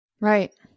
Right